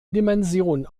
dimension